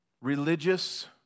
religious